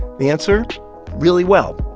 the answer really well.